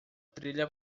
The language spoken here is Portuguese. trilha